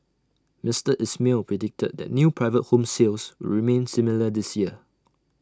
Mister Ismail predicted that new private home sales remain similar this year